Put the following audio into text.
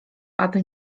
aby